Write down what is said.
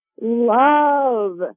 love